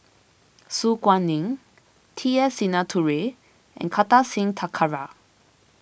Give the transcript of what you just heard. Su Guaning T S Sinnathuray and Kartar Singh Thakral